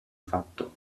fatto